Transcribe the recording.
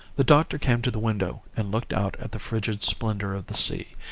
the doctor came to the window and looked out at the frigid splendour of the sea,